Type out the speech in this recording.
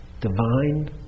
divine